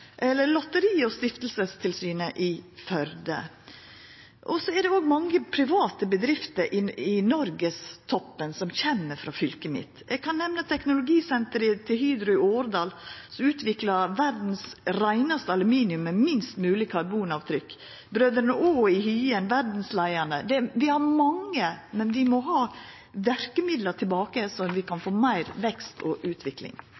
Lotteri- og stiftelsestilsynet i Førde. Så er det òg mange private bedrifter på noregstoppen som kjem frå fylket mitt. Eg kan nemna Hydros teknologisenter i Årdal, som utviklar verdast reinaste aluminium med minst mogeleg karbonavtrykk, Brødrene Aa i Hyen, verdsleiande. Vi har mange, men vi må ha verkemidla tilbake, så vi kan få meir vekst og utvikling.